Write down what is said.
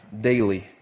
daily